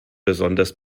besonders